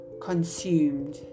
consumed